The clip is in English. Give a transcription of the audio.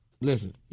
Listen